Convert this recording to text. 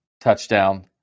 Touchdown